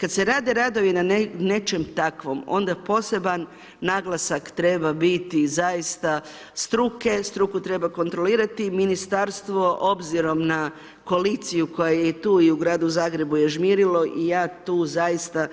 Kad se rade radovi na nečem takvom onda poseban naglasak treba biti zaista struke, struku treba kontrolirati, ministarstvo obzirom na koaliciju koja je i tu i u gradu Zagrebu je žmirilo i ja tu zaista